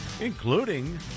including